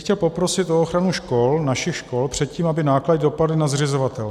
Chtěl bych poprosit o ochranu škol, našich škol, před tím, aby náklady dopadly na zřizovatele.